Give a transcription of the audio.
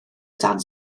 dan